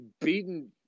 beaten